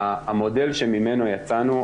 המודל שממנו יצאנו,